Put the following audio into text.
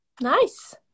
Nice